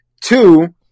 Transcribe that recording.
two